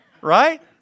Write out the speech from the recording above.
Right